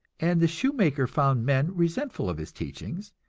and the shoemaker found men resentful of his teachings,